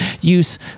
use